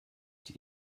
die